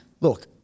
Look